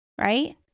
right